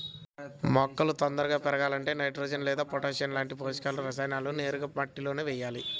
మొక్కలు తొందరగా పెరగాలంటే నైట్రోజెన్ లేదా పొటాషియం లాంటి పోషక రసాయనాలను నేరుగా మట్టిలో వెయ్యాలి